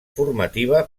formativa